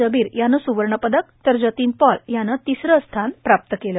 जबीर यानं सुवर्णपद्दक तर जतीन पॉल यानं तिसरं स्यान प्राप्त केलं